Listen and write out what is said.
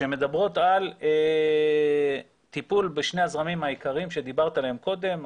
שמדברות על טיפול בשני הזרמים העיקריים שדיברת עליהם קודם,